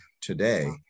today